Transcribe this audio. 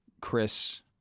Chris